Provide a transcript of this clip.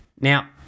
Now